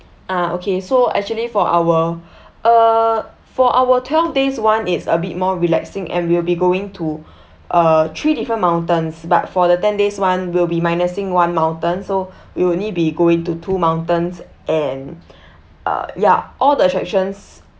uh okay so actually for our uh for our twelve days one it's a bit more relaxing and we'll be going to uh three different mountains but for the ten days one we'll be minusing one mountain so we will only be going to two mountains and uh ya all the attractions